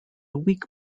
weak